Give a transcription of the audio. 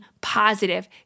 positive